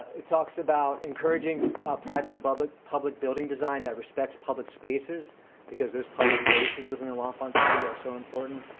it talks about encouraging private and but public building design that respects public spaces because those public spaces within the l'enfant city are so important.